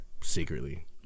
Secretly